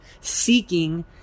seeking